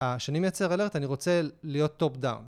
אה.. כשאני מייצר אלרט אני רוצה להיות טופ דאון